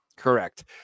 correct